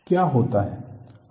क्या होता है